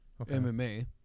MMA